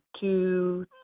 two